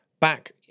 back